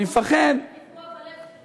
אני מפחד, היא פה, בלב שלך.